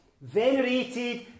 venerated